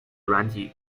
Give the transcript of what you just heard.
软体